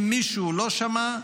אם מישהו לא שמע,